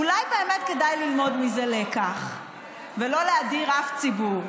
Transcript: אולי באמת כדאי ללמוד מזה לקח ולא להדיר אף ציבור,